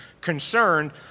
concerned